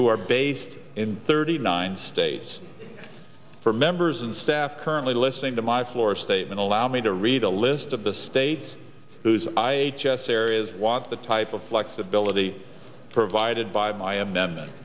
who are based in thirty nine states for members and staff currently listening to my floor statement allow me to read a list of the states whose i just areas wants the type of flexibility provided by my